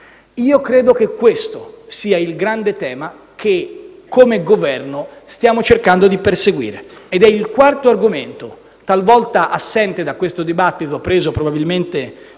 economica. Questo è il grande tema che, come Governo, stiamo cercando di perseguire. Ed è il quarto argomento, talvolta assente da questo dibattito, preso probabilmente